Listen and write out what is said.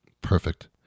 Perfect